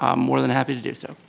um more than happy to do so.